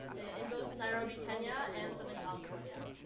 in both narobi, kenya and southern california.